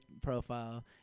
profile